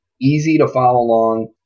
easy-to-follow-along